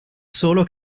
solo